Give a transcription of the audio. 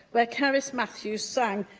where cerys matthews sang,